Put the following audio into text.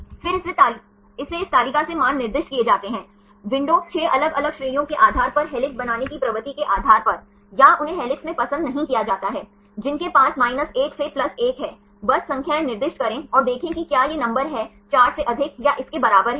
फिर इसे इस तालिका से मान निर्दिष्ट किए जाते हैं विंडो 6 अलग अलग श्रेणियों के आधार पर हेलिक्स बनाने की प्रवृत्ति के आधार पर या उन्हें हेलिक्स में पसंद नहीं किया जाता है जिनके पास 1 से 1 है बस संख्याएँ निर्दिष्ट करें और देखें कि क्या यह नंबर है 4 से अधिक या इसके बराबर है